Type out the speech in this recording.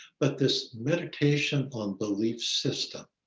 but this meditation on belief system,